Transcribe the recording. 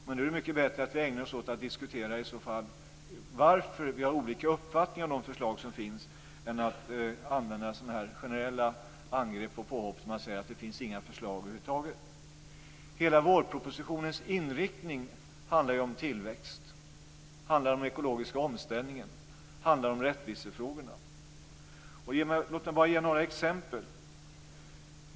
Men det är mycket bättre att i så fall diskutera varför vi har olika uppfattningar om de förslag som finns än att använda sådana generella angrepp och påhopp som att säga att det inte finns några förslag över huvud taget. Hela vårpropositionens inriktning handlar ju om tillväxt, om den ekologiska omställningen och om rättvisefrågorna. Låt mig bara ge några exempel.